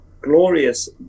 glorious